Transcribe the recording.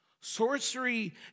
sorcery